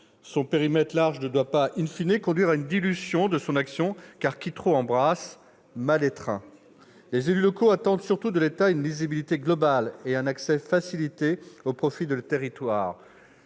Son périmètre large ne doit pas conduire à une dilution de son action, car qui trop embrasse mal étreint ! Les élus locaux attendent surtout de l'État une lisibilité globale et un accès facilité au profit de leurs territoires.